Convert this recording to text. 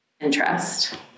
interest